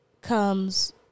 comes